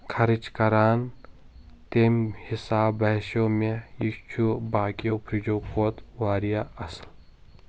خرٕچ کران تیٚمہِ حساب باسیٚو مےٚ یہِ چھُ باقیو فرجو کھۄتہٕ واریاہ اصل